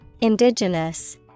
Indigenous